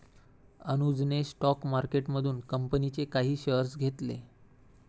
अनुजने स्टॉक मार्केटमधून कंपनीचे काही शेअर्स घेतले